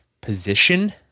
position